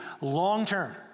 long-term